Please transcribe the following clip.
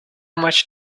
much